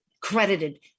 credited